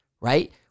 Right